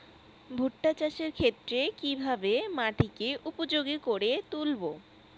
ভুট্টা চাষের ক্ষেত্রে কিভাবে মাটিকে উপযোগী করে তুলবো?